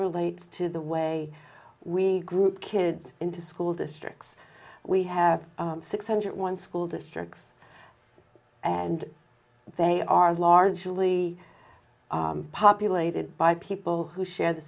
relates to the way we group kids into school districts we have six hundred one school districts and they are largely populated by people who share the